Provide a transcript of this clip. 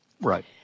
Right